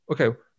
okay